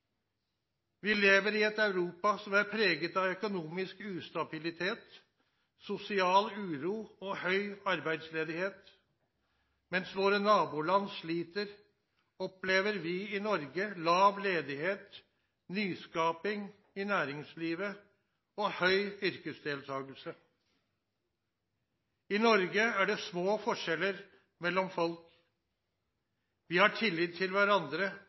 Vi lever i et Europa som er preget av økonomisk ustabilitet, sosial uro og høy arbeidsledighet. Mens våre naboland sliter, opplever vi i Norge lav ledighet, nyskaping i næringslivet og høy yrkesdeltakelse. I Norge er det små forskjeller mellom folk. Vi har tillit til hverandre